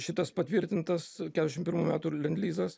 šitas patvirtintas keturiasdešim pirmų metų lendlizas